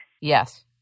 Yes